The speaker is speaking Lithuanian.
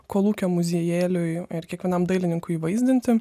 kolūkio muziejėliui ir kiekvienam dailininkui įvaizdinti